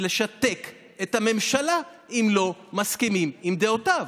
לשתק את הממשלה אם לא מסכימים לדעותיו.